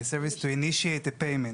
"Service To Initiate The Payment",